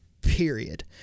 period